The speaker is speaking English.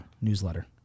newsletter